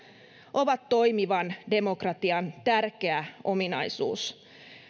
ovat toimivan demokratian tärkeä ominaisuus